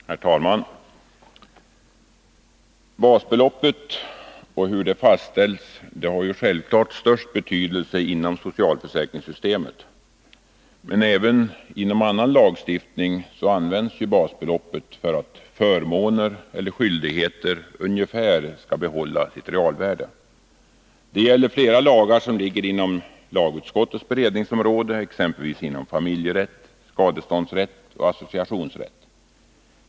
Nr 49 Herr talman! Betydelsen av basbeloppet och reglerna för hur detta Torsdagen den fastställs är självfallet störst inom socialförsäkringssystemet. Men även inom 10 december 1981 annan lagstiftning används basbeloppet för att förmåner eller åligganden = ungefär skall behålla sitt realvärde. Det gäller flera lagar som ligger inom = Sättet att fastställa lagutskottets beredningsområde, exempelvis inom familjerätt, skadeståndsbasbeloppet, rätt och associationsrätt.